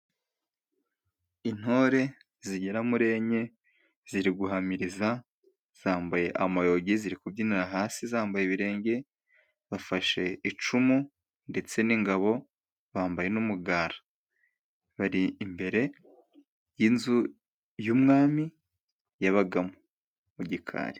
Intore zigera muri enye ziri guhamiriza, zambaye amayogi ziri kubyinira hasi zambaye ibirenge, bafashe icumu ndetse n'ingabo. Bambaye n'umugara bari imbere y'inzu y'umwami yabagamo mu gikari.